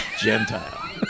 Gentile